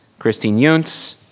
christine yonts.